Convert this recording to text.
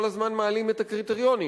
כל הזמן מעלים את הקריטריונים,